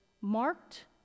marked